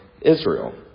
Israel